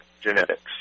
genetics